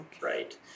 right